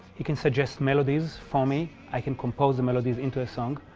he can suggest melodies for me, i can compose the melodies into a song,